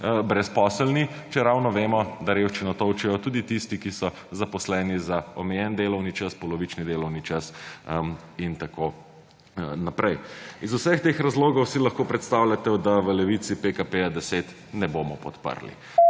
brezposelni, čeravno vemo, da revščino tolčejo tudi tisti, ki so zaposleni za omejen delovni čas, polovični delovni čas in tako naprej. Iz vseh teh razlogov si lahko predstavljate, da v Levici PKP10 ne bomo podprli.